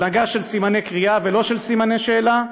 הנהגה של סימני קריאה ולא של סימני שאלה,